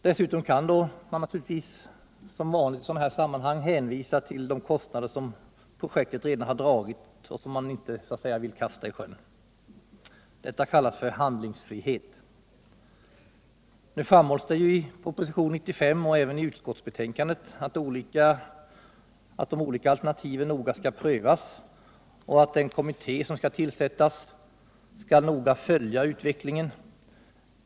Dessutom kommer man då som vanligt i sådana här sammanhang att kunna hänvisa till de kostnader som projektet redan har dragit och som man inte vill kasta i sjön. Detta kallas handlingsfrihet. Nu framhålls i propositionen 95 och även i utskottsbetänkandet att de olika alternativen noga skall prövas och att den kommitté som skall tillsättas skall noga följa utvecklingen.